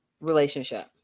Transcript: relationship